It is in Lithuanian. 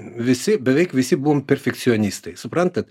visi beveik visi buvom perfekcionistai suprantat